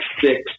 six